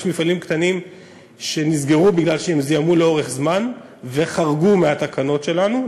יש מפעלים קטנים שנסגרו כי הם זיהמו לאורך זמן וחרגו מהתקנות שלנו,